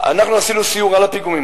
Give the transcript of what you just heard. אנחנו עשינו סיור על הפיגומים,